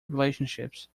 relationships